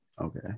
Okay